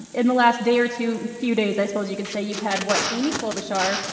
in the last day or two few days, i suppose you could say, you've had what? amy klobuchar,